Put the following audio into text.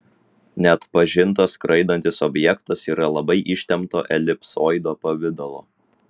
neatpažintas skraidantis objektas yra labai ištempto elipsoido pavidalo